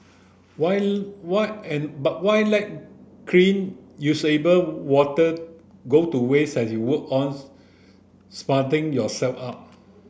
why why and why let clean usable water go to waste as you work on sprucing yourself up